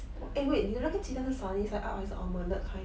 eh wait 你那个鸡蛋是 sunny side up 还是 omelette kind